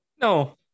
No